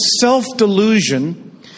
self-delusion